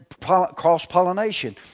cross-pollination